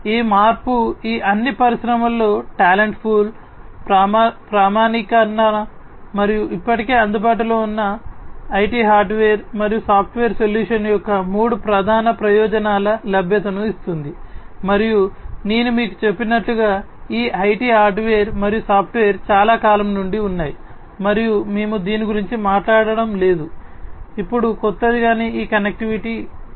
ఈ మార్పు ఈ అన్ని పరిశ్రమలలో టాలెంట్ పూల్ ప్రామాణీకరణ మరియు ఇప్పటికే అందుబాటులో ఉన్న ఐటి హార్డ్వేర్ మరియు సాఫ్ట్వేర్ సొల్యూషన్ యొక్క మూడు ప్రధాన ప్రయోజనాల లభ్యతను ఇస్తుంది మరియు నేను మీకు చెప్పినట్లుగా ఈ ఐటి హార్డ్వేర్ మరియు సాఫ్ట్వేర్ చాలా కాలం నుండి ఉన్నాయి మరియు మేము దేని గురించి మాట్లాడటం లేదు ఇప్పుడు క్రొత్తది కానీ ఈ కనెక్టివిటీ క్రొత్తది